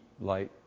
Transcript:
light